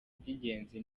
by’ingenzi